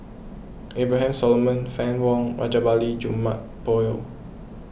Abraham Solomon Fann Wong and Rajabali Jumabhoy